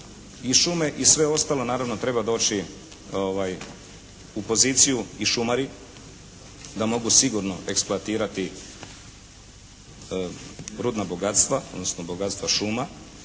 šume i sve ostalo naravno treba doći u poziciju i šumari, da mogu sigurno eksploatirati rudna bogatstva, odnosno bogatstva šuma,